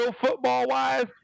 football-wise